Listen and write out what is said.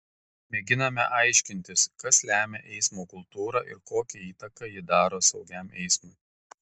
mėginame aiškintis kas lemia eismo kultūrą ir kokią įtaką ji daro saugiam eismui